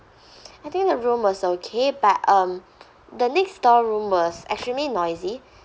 I think the room was okay but um the next door room was extremely noisy